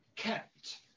Kept